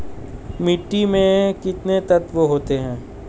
मिट्टी में कितने तत्व होते हैं?